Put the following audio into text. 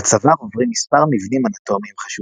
בצוואר עוברים מספר מבנים אנטומיים חשובים,